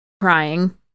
crying